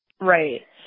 Right